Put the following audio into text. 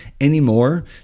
anymore